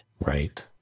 Right